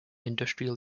industrial